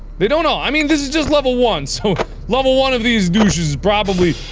they don't know. i mean this is just level one, so level one of these douches probably